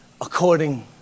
According